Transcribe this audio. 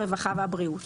הרווחה והבריאות.